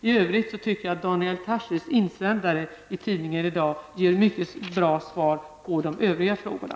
I övrigt tycker jag att Daniel Tarschys insändare i tidningen i dag ger mycket bra svar på de övriga frågorna.